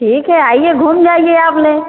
ठीक है आइए घूम जाइए आपने